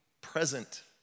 present